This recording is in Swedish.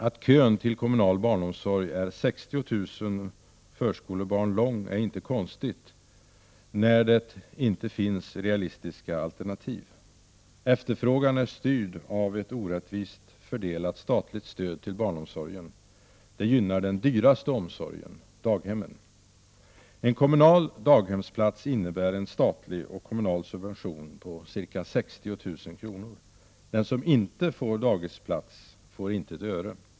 Att kön till kommunal barnomsorg omfattar 60 000 förskolebarn är inte så konstigt när det inte finns realistiska alternativ. Efterfrågan är styrd av ett orättvist fördelat statligt stöd till barnomsorgen. Det gynnar den dyraste omsorgen, daghemmen. En kommunal daghemsplats innebär en statlig och kommunal subvention på ca 60 000 kr. Den som inte får dagisplats får inte ett öre.